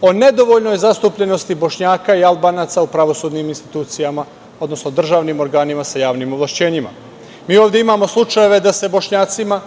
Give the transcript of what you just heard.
o nedovoljnoj zastupljenosti Bošnjaka i Albanaca u pravosudnim institucijama, odnosno državnim organima sa javnim ovlašćenjima. Mi ovde imamo slučajeve da se Bošnjacima